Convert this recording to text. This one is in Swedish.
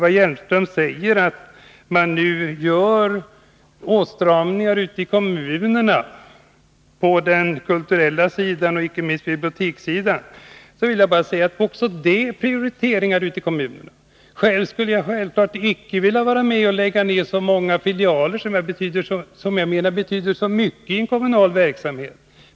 Eva Hjelmström säger att man nu gör åtstramningar ute i kommunerna på den kulturella sidan — icke minst på bibliotekssidan. Det är viktigt att säga att också detta beror på prioriteringar ute i kommunerna. Självfallet skulle jag inte vilja vara med om att lägga ned så många filialer, eftersom de betyder så 75 mycket i den kommunala verksamheten.